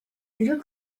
little